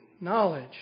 knowledge